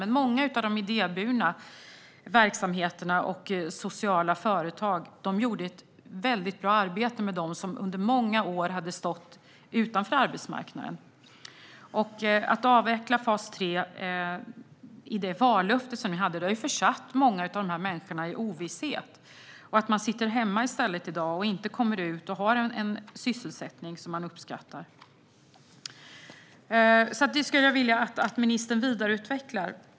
Men många av de idéburna verksamheterna och sociala företag gjorde ett väldigt bra arbete med dem som under många år hade stått utanför arbetsmarknaden. Att avveckla fas 3 genom det vallöfte ni hade har försatt många av dessa människor i ovisshet. De sitter i dag i stället hemma och kommer inte ut och har en sysselsättning som de uppskattar. Det skulle jag vilja att ministern vidareutvecklar.